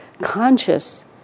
conscious